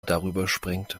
darüberspringt